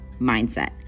Mindset